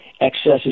excesses